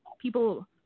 people